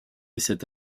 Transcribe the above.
cette